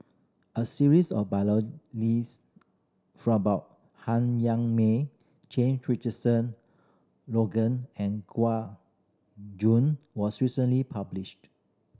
a series of about Han Yong May Jame Richardson Logan and Gua Jun was recently published